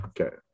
Okay